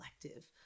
collective